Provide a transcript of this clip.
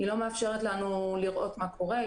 היא לא מאפשרת לנו לראות מה קורה.